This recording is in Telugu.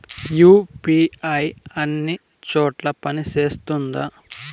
యు.పి.ఐ అన్ని చోట్ల పని సేస్తుందా?